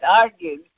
argued